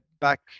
back